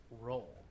role